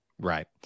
right